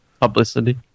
Publicity